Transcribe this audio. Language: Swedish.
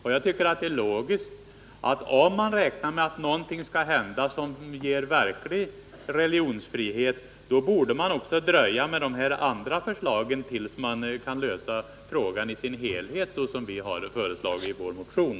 Om man räknar med att 203 någonting skall hända som ger verklig religionsfrihet vore det logiskt om man dröjde med de andra förslagen till dess man kan lösa frågan i sin helhet, som vi har föreslagit i vår motion.